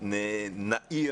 נעיר